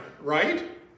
right